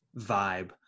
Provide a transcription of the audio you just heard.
vibe